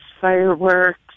fireworks